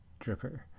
dripper